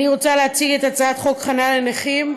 אני רוצה להציג את הצעת חוק חניה לנכים,